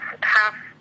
half